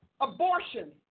Abortion